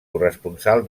corresponsal